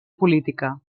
política